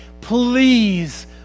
please